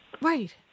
right